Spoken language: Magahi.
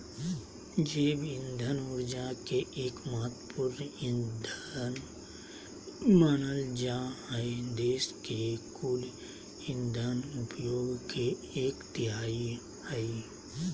जैव इंधन ऊर्जा के एक महत्त्वपूर्ण ईंधन मानल जा हई देश के कुल इंधन उपयोग के एक तिहाई हई